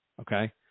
Okay